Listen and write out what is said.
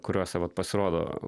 kuriuose vat pasirodo